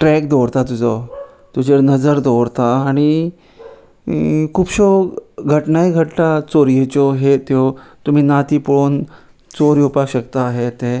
track दवरता तुजो तुजेर नजर दवरता आनी खुबश्यो घटनाय घडटा चोरयेच्यो हे त्यो तुमी नाती पळोवन चोर येवपाक शकता हे ते